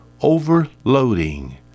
Overloading